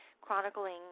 chronicling